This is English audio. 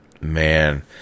Man